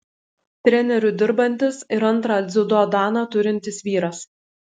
treneriu dirbantis ir antrą dziudo daną turintis vyras